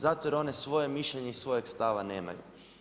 Zato jer one svoje mišljenje i svojeg stava nemaju.